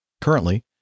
Currently